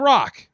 Rock